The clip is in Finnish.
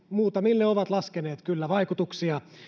muutamille ekonomistit ovat laskeneet kyllä vaikutuksia